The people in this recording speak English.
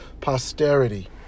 posterity